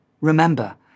Remember